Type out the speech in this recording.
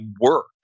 work